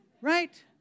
right